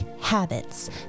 habits